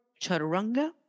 chaturanga